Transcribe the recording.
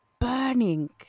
burning